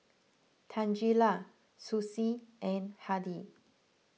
Tangela Susie and Hardy